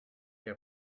your